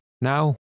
now